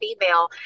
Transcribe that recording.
female